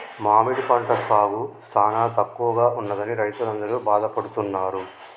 మామిడి పంట సాగు సానా తక్కువగా ఉన్నదని రైతులందరూ బాధపడుతున్నారు